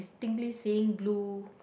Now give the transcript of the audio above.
distinctly seeing blue